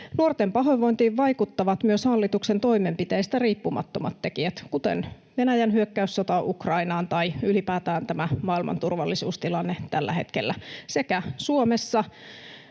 Nuorten pahoinvointiin vaikuttavat myös hallituksen toimenpiteistä riippumattomat tekijät, kuten Venäjän hyökkäyssota Ukrainaan tai ylipäätään tämä maailman turvallisuustilanne tällä hetkellä sekä Suomessa